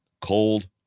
Cold